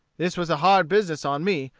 this was a hard business on me,